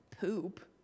poop